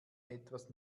etwas